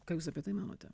ką jūs apie tai manote